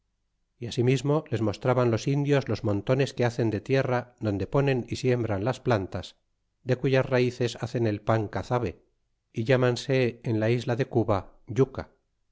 y asimismo les mostraban los indios los montones que hacen de tierra donde ponen y siembran las plantas de cuyas raíces hacen el pan cazabe y llmanse en la isla de cuba yuca